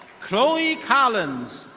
chloe collins.